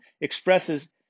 expresses